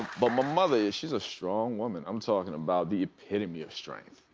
but my mother yeah, she's a strong woman. i'm talking about the epitome of strength.